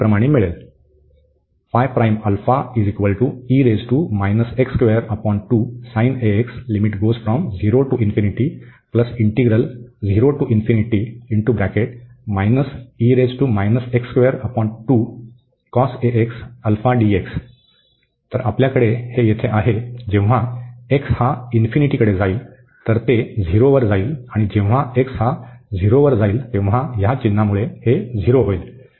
तर असे केल्याने हे मिळेल तर आपल्याकडे हे येथे आहे जेव्हा x हा इन्फिनिटीकडे जाईल तर ते 0 वर जाईल आणि जेव्हा x हा 0 वर जाईल तेव्हा या चिन्हामुळे हे 0 होईल